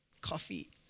coffee